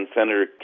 Senator